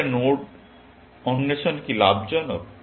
এটা নোড অন্বেষণ কি লাভজনক